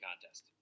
contest